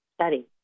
study